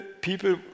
people